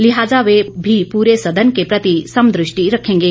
लिहाजा वह भी पूरे सदन के प्रति समदृष्टि रखेंगे